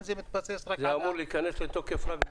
מתבסס על --- זה אמור להיכנס לתוקף.